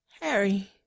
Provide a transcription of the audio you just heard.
Harry